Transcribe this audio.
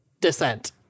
descent